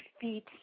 feet